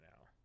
now